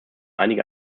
einige